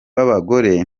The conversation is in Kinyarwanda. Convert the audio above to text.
b’abagore